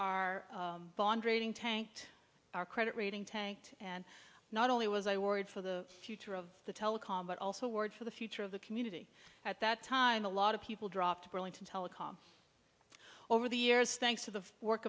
our bond rating tanked our credit rating tanked and not only was i worried for the future of the telecom but also word for the future of the community at that time a lot of people dropped burlington telecom over the years thanks to the work